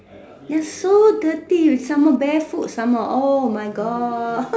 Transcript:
ya so dirty some more barefoot some more oh my God